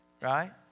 right